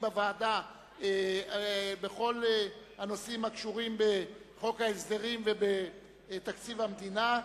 בוועדה בכל הנושאים הקשורים בחוק ההסדרים ובתקציב המדינה.